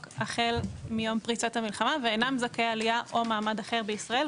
החל מיום פריצת המלחמה ואינם זכאי עלייה או מעמד אחר בישראל.